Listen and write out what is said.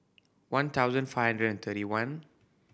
one thousand five hundred and thirty one